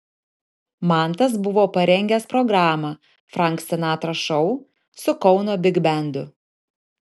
mantas buvo parengęs programą frank sinatra šou su kauno bigbendu